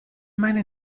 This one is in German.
meine